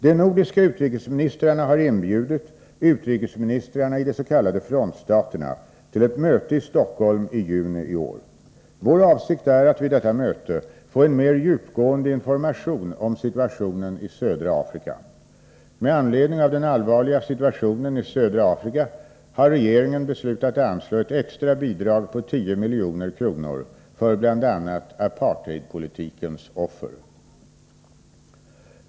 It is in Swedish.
De nordiska utrikesministrarna har inbjudit utrikesministrarna i de s.k. frontstaterna till ett möte i Stockholm i juni i år. Vår avsikt är att vid detta möte få en mer djupgående information om situationen i södra Afrika. Med anledning av den allvarliga situationen i södra Afrika har regeringen beslutat anslå ett extra bidrag på 10 milj.kr. för. bl.a. apartheidpolitikens offer.